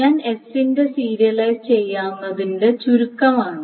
ഞാൻ s ന്റെ serialise ചെയ്യാവുന്നതിന്റെ ചുരുക്കമാണ്